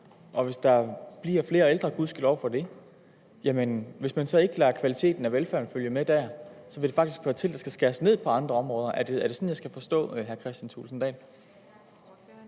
og hvis der bliver flere ældre, gudskelov for det, og hvis man så ikke lader kvaliteten i velfærden følge med der, så vil det faktisk føre til, at der skal skæres ned på andre områder. Er det sådan, jeg skal forstå hr. Kristian Thulesen Dahl?